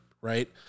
right